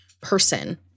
person